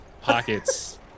pockets